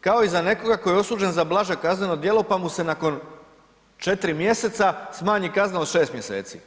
kao i za nekoga tko je osuđen za blaže kazneno djelo pa mu se nakon 4 mjeseca smanji kazna od 6 mjeseci.